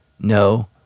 no